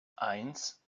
eins